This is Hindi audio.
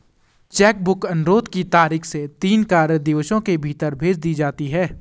चेक बुक अनुरोध की तारीख से तीन कार्य दिवसों के भीतर भेज दी जाती है